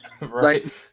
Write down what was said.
right